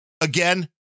Again